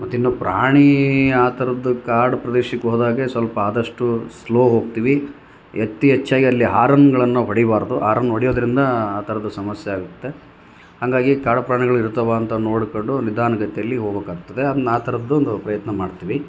ಮತ್ತಿನ್ನು ಪ್ರಾಣಿ ಆ ಥರದ್ದು ಕಾಡು ಪ್ರದೇಶಕ್ಕೆ ಹೋದ್ಹಾಗೆ ಸ್ವಲ್ಪ ಆದಷ್ಟು ಸ್ಲೋ ಹೋಗ್ತೀವಿ ಎತ್ತಿ ಹೆಚ್ಛಾಗಿ ಅಲ್ಲಿ ಹಾರನ್ಗಳನ್ನು ಹೊಡಿಬಾರದು ಆರನ್ ಹೊಡಿಯೋದ್ರಿಂದಾ ಆ ಥರದ್ದು ಸಮಸ್ಯೆ ಆಗುತ್ತೆ ಹಾಗಾಗಿ ಕಾಡು ಪ್ರಾಣಿಗಳಿರ್ತಾವಾ ಅಂತ ನೋಡ್ಕೊಂಡು ನಿಧಾನ ಗತಿಯಲ್ಲಿ ಹೋಗ್ಬಕಾಗ್ತದೆ ಅದನ್ನ ಥರದ್ದು ಒಂದು ಪ್ರಯತ್ನ ಮಾಡ್ತೀವಿ